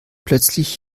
plötzlich